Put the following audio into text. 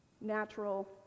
Natural